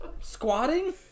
Squatting